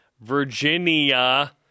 Virginia